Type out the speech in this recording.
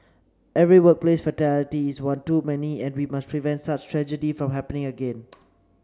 every workplace fatality is one too many and we must prevent such tragedy from happening again